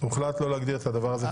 הוחלט לא להגדיר את הדבר הזה כנושא חדש.